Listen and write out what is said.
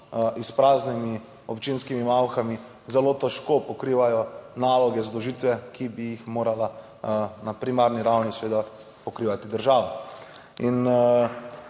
izpraznjenimi občinskimi malhami, zelo težko pokrivajo naloge, zadolžitve, ki bi jih morala na primarni ravni seveda pokrivati država in